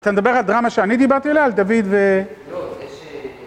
אתה מדבר על הדרמה שאני דיברתי עליה, על דוד ו...